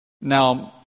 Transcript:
Now